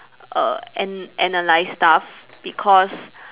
err an~ analyse stuff because